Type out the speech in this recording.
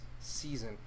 season